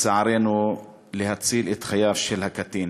לצערנו, להציל את חייו של הקטין.